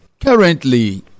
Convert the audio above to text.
Currently